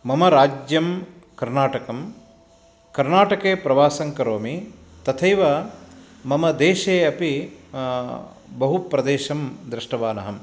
मम राज्यं कर्नाटकं कर्नाटके प्रवासं करोमि तथैव मम देशे अपि बहु प्रदेशं दृष्टवान् अहं